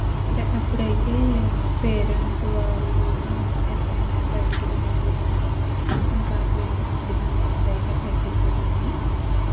అప్పుడ అప్పుడైతే పేరెంట్స్ వాళ్ళు ఎప్పుడైనా బయటికి వెళ్ళినప్పుడు కానీ మనకు ఆకలేసినప్పుడు కానీ అప్పుడు అయితే ట్రై చేసే దాన్ని